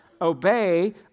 Obey